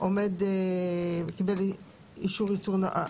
קיבל אישור ייצור נאות,